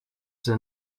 their